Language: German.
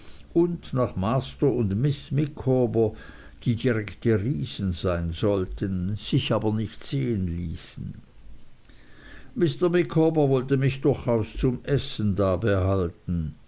und nach master und miß micawber die direkte riesen sein sollten sich aber nicht sehen ließen mr micawber wollte mich durchaus zum essen da behalten